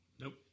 Nope